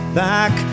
back